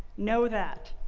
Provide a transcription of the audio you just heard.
know that.